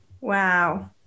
Wow